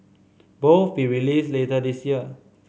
both be released later this year